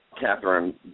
Catherine